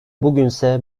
bugünse